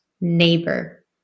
neighbor